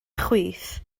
chwith